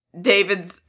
David's